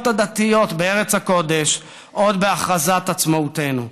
הדתיות בארץ הקודש עוד בהכרזת עצמאותנו.